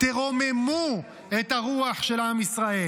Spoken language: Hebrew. "תרוממו את הרוח של עם ישראל.